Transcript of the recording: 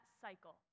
cycle